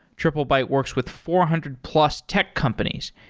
triplebyte works with four hundred plus tech companies,